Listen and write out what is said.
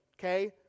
okay